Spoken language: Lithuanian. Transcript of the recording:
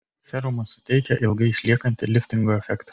serumas suteikia ilgai išliekantį liftingo efektą